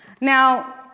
Now